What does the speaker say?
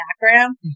background